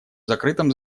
закрытом